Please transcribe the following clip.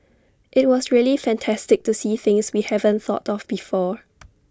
IT was really fantastic to see things we haven't thought of before